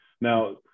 Now